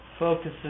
focuses